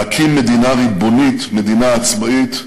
להקים מדינה ריבונית, מדינה עצמאית,